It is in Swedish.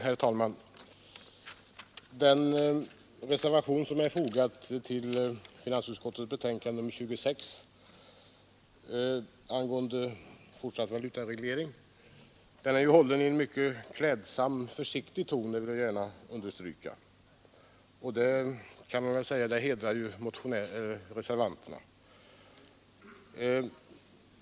Herr talman! Den reservation som är fogad till finansutskottets betänkande nr 26 angående fortsatt valutareglering är ju hållen i en mycket klädsamt försiktig ton — det vill jag gärna understryka — och det hedrar reservanterna.